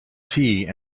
tea